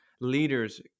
leaders